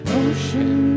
ocean